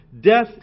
Death